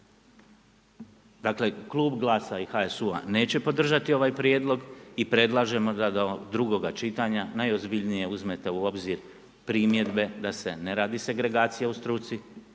Dakle, Klub GLAS-a i HSU-a neće podržati ovaj prijedlog i predlažemo da ga do drugoga čitanja najozbiljnije uzmete u obzir, primjedbe da se ne radi segregacija u struci,